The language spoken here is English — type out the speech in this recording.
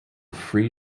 free